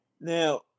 Now